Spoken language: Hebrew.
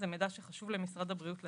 זה מידע שחשוב למשרד הבריאות לדעת,